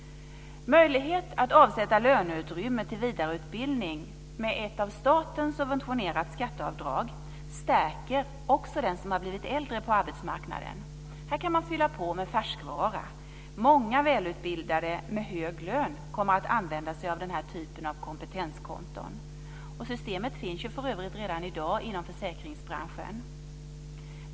Möjlighet att avsätta löneutrymme till vidareutbildning med ett av staten subventionerat skatteavdrag stärker också den som har blivit äldre på arbetsmarknaden. Här kan man fylla på med färskvara. Många välutbildade med hög lön kommer att använda sig av den här typen av kompetenskonton. Systemet finns för övrigt redan i dag inom försäkringsbranschen.